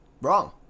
Wrong